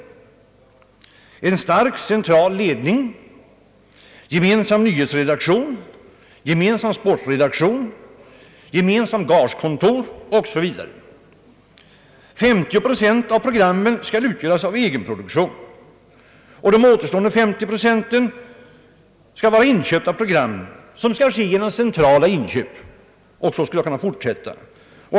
Det blir en stark central ledning, gemensam nyhetsredaktion, gemensam = sportredaktion, gemensamt gagekontor osv. 50 procent av programmen skall utgöras av egenproduktion. och de återstående 50 procenten skall vara program, inköpta genom centrala köp. Och så skulle jag kunna fortsätta.